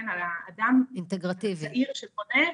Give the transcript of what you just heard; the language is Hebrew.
על האדם הצעיר שפונה -- אינטגרטיבית.